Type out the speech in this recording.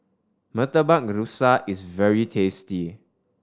Murtabak Rusa is very tasty